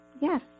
Yes